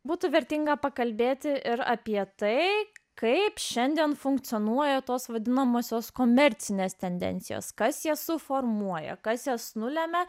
būtų vertinga pakalbėti ir apie tai kaip šiandien funkcionuoja tos vadinamosios komercinės tendencijos kas jas suformuoja kas jas nulemia